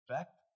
Fact